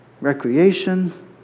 recreation